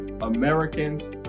Americans